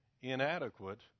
inadequate